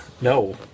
No